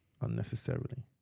unnecessarily